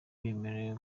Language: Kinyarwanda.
bemerewe